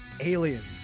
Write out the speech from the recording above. Aliens